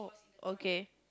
okay